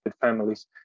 families